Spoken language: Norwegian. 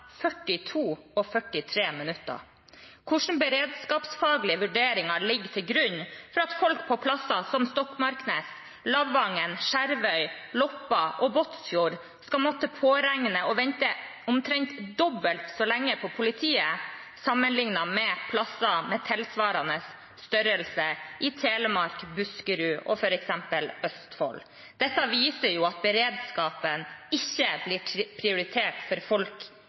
42 og 43 minutter. Hvilke beredskapsfaglige vurderinger ligger til grunn for at folk på steder som Stokmarknes, Lavangen, Skjervøy, Loppa og Båtsfjord skal måtte påregne å vente omtrent dobbelt så lenge på politiet sammenlignet med steder av tilsvarende størrelse i f.eks. Telemark, Buskerud og Østfold? Dette viser jo at beredskapen ikke blir prioritert for folk